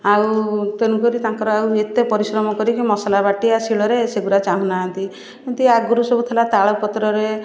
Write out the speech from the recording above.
ଆଉ ତେଲଗୁରେ ତାଙ୍କର ଆଉ ଏତେ ପରିଶ୍ରମ କରିକି ମସଲା ବାଟିବା ଶିଳରେ ସେଗୁଡ଼ା ଚାହୁଁନାହାଁନ୍ତି ଯେମିତି ଆଗରୁ ସବୁ ଥିଲା ତାଳପତ୍ରରେ